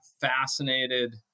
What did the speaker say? fascinated